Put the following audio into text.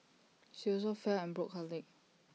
she also fell and broke her leg